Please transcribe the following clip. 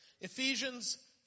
Ephesians